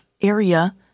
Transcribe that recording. area